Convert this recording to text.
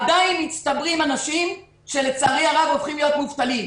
עדיין מצטברים אנשים שלצערי הרב הופכים להיות מובטלים.